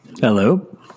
Hello